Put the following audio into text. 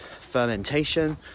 fermentation